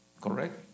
Correct